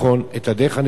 את הדרך הנכונה.